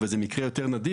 וזה מקרה יותר נדיר